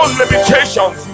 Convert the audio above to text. limitations